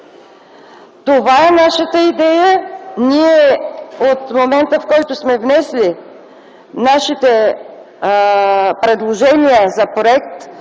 Това е нашата идея. Ние от момента, в който сме внесли нашите предложения за проект